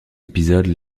épisodes